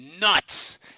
nuts